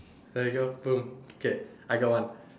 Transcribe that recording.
there you go boom okay I got one